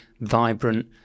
vibrant